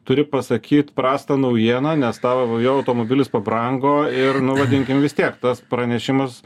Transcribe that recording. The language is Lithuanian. turiu pasakyt prastą naujieną nes tavo jau automobilis pabrango ir nu vadinkim vis tiek tas pranešimas